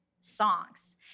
songs